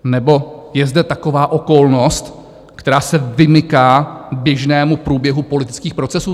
Nebo je zde taková okolnost, která se vymyká běžnému průběhu politických procesů?